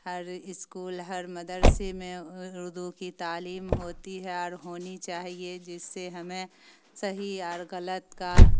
ہر school ہر مدرسے میں اردو کی تعلیم ہوتی ہے اور ہونی چاہیے جس سے ہمیں صحیح اور غلط کا